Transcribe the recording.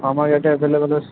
আমাৰ ইয়াতে এভেইলেবল